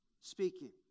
speaking